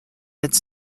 its